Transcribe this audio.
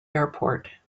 airport